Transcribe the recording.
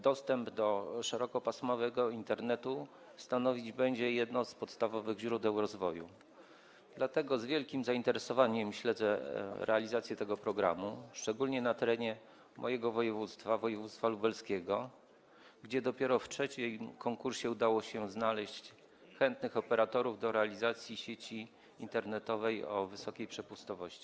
Dostęp do szerokopasmowego Internetu stanowić będzie jedno z podstawowych źródeł rozwoju, dlatego z wielkim zainteresowaniem śledzę realizację tego programu, szczególnie na terenie mojego województwa, województwa lubelskiego, gdzie dopiero w trzecim konkursie udało się znaleźć chętnych operatorów do realizacji sieci internetowej o wysokiej przepustowości.